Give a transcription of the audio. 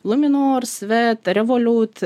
luminor sved revoliut